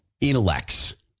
intellects